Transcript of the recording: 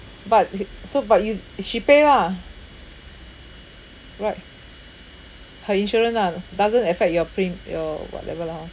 but he so but you she pay lah right her insurance lah doesn't affect your prem~ your whatever lah hor